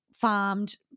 farmed